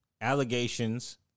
allegations